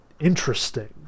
interesting